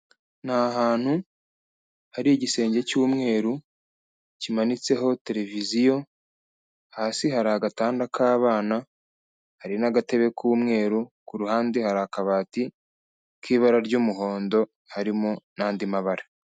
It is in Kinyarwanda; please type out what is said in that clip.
Ni ahantu hari igisenge cy'umweru, kimanitseho televiziyo, hasi hari agatanda k'abana, hari n'agatebe k'umweru, ku ruhande hari akabati k'ibara ry'umuhondo, karimo n'andi mabara.